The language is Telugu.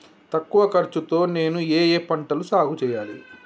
తక్కువ ఖర్చు తో నేను ఏ ఏ పంటలు సాగుచేయాలి?